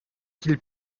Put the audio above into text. qu’il